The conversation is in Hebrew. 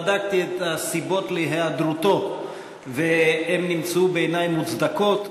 בדקתי את הסיבות להיעדרותו והן נמצאו בעיני מוצדקות.